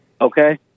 Okay